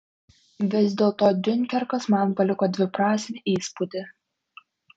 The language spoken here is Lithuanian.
vis dėlto diunkerkas man paliko dviprasmį įspūdį